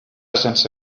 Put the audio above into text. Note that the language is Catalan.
sense